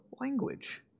language